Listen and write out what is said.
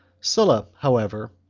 sulla, however,